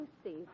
Steve